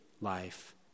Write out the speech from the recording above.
life